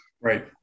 Right